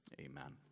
Amen